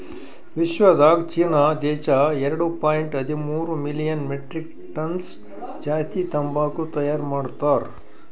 ವಿಶ್ವದಾಗ್ ಚೀನಾ ದೇಶ ಎರಡು ಪಾಯಿಂಟ್ ಹದಿಮೂರು ಮಿಲಿಯನ್ ಮೆಟ್ರಿಕ್ ಟನ್ಸ್ ಜಾಸ್ತಿ ತಂಬಾಕು ತೈಯಾರ್ ಮಾಡ್ತಾರ್